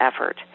effort